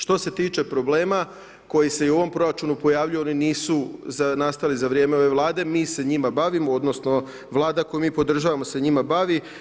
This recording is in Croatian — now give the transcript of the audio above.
Što se tiče problema koji se i u ovom proračunu pojavljuju, oni nisu nastali za vrijeme ove Vlade, mi se njima bavimo odnosno Vlada koju mi podržavamo se njima bavi.